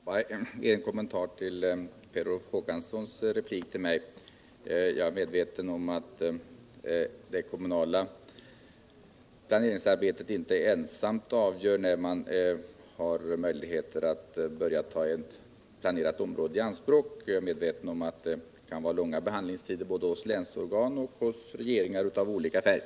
Herr talman! En kommentar till Per Olof Håkanssons replik till mig. Jag är medveten om att det kommunala planeringsarbetet inte ensamt avgör när man har möjlighet att börja ta ett planerat område i anspråk. Det kan vara långa behandlingstider både hos länsorgan och hos regeringar av olika färg.